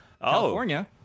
California